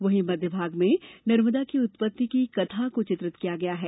वहीं मध्य भाग में नर्मदा की उत्पत्ति की कथा को चित्रित किया गया है